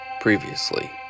Previously